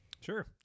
sure